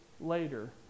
later